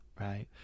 right